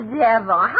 devil